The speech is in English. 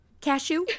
Cashew